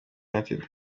united